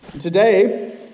Today